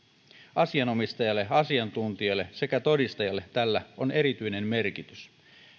asianomistajalle asiantuntijalle sekä todistajalle tällä on erityinen merkitys